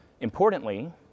Importantly